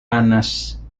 panas